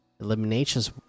eliminations